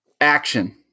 Action